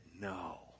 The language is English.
No